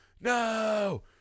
no